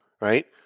Right